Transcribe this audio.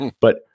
but-